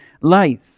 life